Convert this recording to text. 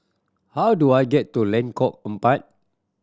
how do I get to Lengkok Empat